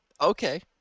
Okay